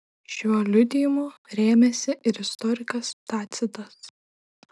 šiuo liudijimu rėmėsi ir istorikas tacitas